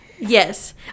Yes